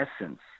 essence